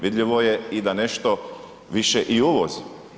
Vidljivo je i da nešto više i uvozimo.